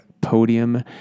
podium